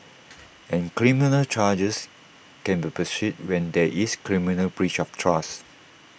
and criminal charges can be pursued when there is criminal breach of trust